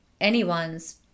anyone's